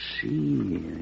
see